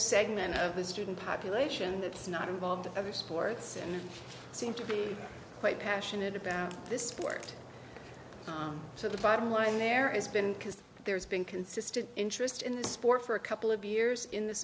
segment of the student population that's not involved other sports and seem to be quite passionate about this sport so the bottom line there is been because there's been consistent interest in the sport for a couple of years in